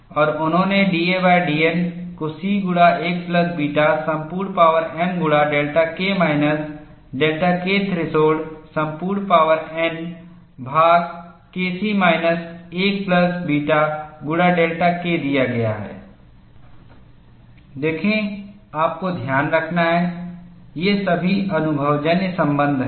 और उन्होंने dadN को C गुणा 1 प्लस बीटा संपूर्ण पावर m गुणा delta K minus delta K threshold संपूर्ण पॉवर n भाग K c minus 1 plus beta गुणा डेल्टा K दिया है देखें आपको ध्यान रखना है ये सभी अनुभवजन्य संबंध हैं